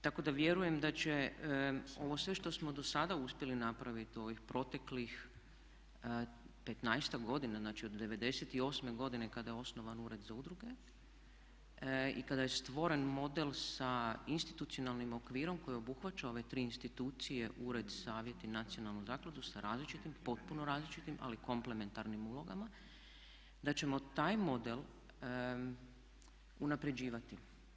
Tako da vjerujem da će ovo sve što smo dosada uspjeli napraviti u ovih proteklih 15-ak godina, znači od '98. godine kada je osnovan Ured za udruge i kada je stvoren model sa institucionalnim okvirom koji je obuhvaćao ove tri institucije – Ured, Savjet i Nacionalnu zakladu sa različitim, potpuno različitim ali komplementarnim ulogama, da ćemo taj model unaprjeđivati.